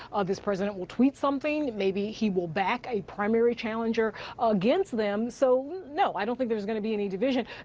this president will tweet something. maybe he will back a primary challenger against them. so, no, i don't think there's going to be any division.